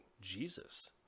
jesus